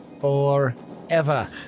forever